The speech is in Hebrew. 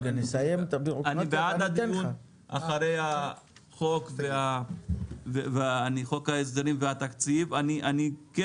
אני בעד חוק ההסדרים והתקציב ואני כן